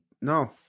no